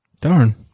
Darn